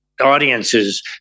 audiences